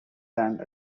land